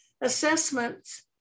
assessments